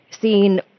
seen